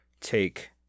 take